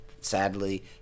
sadly